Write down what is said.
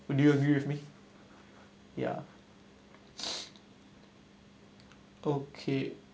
would you agree with me ya okay